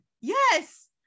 Yes